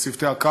את צוותי הקרקע,